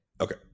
Okay